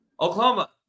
Oklahoma